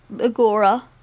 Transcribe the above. Agora